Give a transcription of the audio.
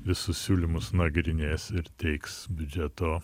visus siūlymus nagrinės ir teiks biudžeto